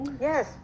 Yes